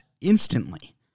instantly